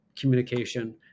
communication